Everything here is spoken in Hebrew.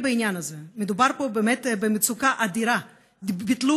ב-11 היישובים האלה,